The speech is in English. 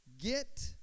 Get